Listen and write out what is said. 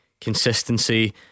consistency